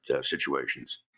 situations